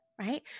right